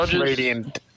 Radiant